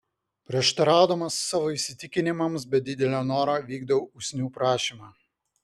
prieštaraudamas savo įsitikinimams be didelio noro vykdau usnių prašymą